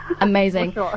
Amazing